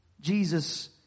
Jesus